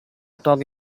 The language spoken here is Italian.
toga